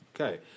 okay